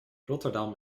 rotterdam